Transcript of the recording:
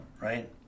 Right